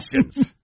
questions